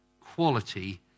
quality